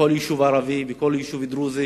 בכל יישוב ערבי ובכל יישוב דרוזי